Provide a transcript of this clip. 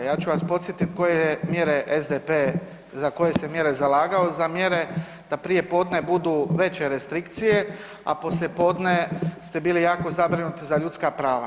Ja ću vas podsjetit koje je mjere SDP za koje se mjere zalagao, za mjere da prijepodne budu veće restrikcije, a poslijepodne ste bili jako zabrinuti za ljudska prava.